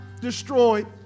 destroyed